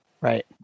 Right